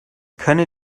könne